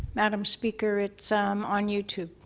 madame speaker, it's um on you tube.